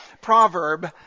proverb